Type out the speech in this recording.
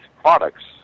products